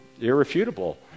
irrefutable